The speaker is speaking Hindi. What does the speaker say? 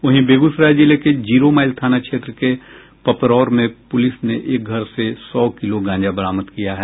वहीं बेगूसराय जिले के जीरो माईल थाना क्षेत्र के पपरौर में पुलिस ने एक घर से सौ किलो गांजा बरामद किया है